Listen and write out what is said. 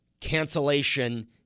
cancellation